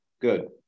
Good